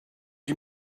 you